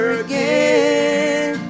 again